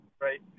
right